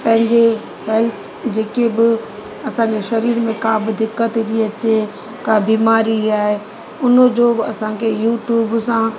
पंहिंजे लाइ जेकी बि असांजे शरीर में का बि दिक़त थी अचे का बीमारी आहे उन जो बि असांखे यूट्यूब सां